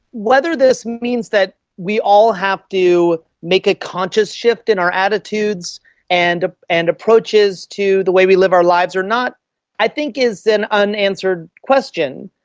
whether this means that we all have to make a conscious shift in our attitudes and ah and approaches to the way we live our lives or not i think is an unanswered question.